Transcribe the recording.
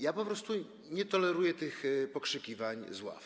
Ja po prostu nie toleruję tych pokrzykiwań z ław.